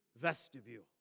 vestibule